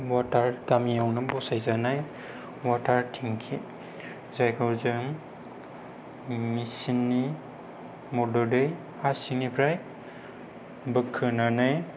मटर गामियावनो बसाय जानाय वाटार टेंकि जायखौ जों मेचिननि मददै हा सिंनिफ्राय बोखोनानै